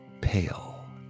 pale